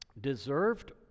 deserved